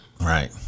Right